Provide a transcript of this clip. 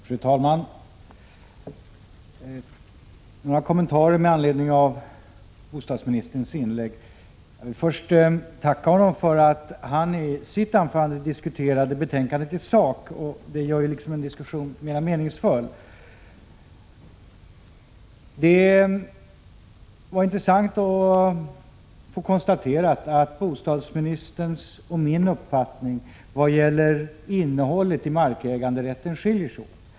Fru talman! Jag vill göra några kommentarer med anledning av bostadsmi 26 november 1986 nisterns inlägg och först tacka honom för att han i sitt anförande diskuterade betänkandet i sak — det gör liksom diskussionen mer meningsfull. Det var intressant att få konstaterat att bostadsministerns och min uppfattning vad gäller innehållet i markäganderätten skiljer sig åt.